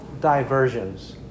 diversions